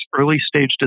early-stage